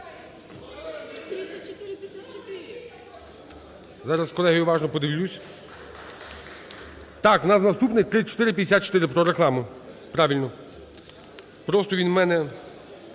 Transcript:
Зараз, колеги, я уважно подивлюсь. Так, в нас наступний 3454 "Про рекламу", правильно, просто він в мене...